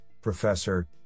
Professor